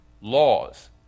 laws